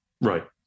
Right